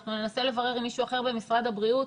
אנחנו ננסה לברר עם מישהו אחר במשרד הבריאות,